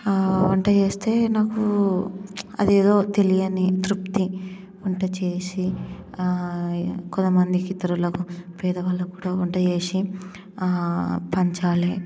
వంట చేస్తే నాకు అదేదో తెలియని తృప్తి వంట చేసి కొద్దమందికి ఇతరులకు పేదవాళ్లకు కూడా వంటచేసి పంచాలి